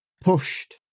pushed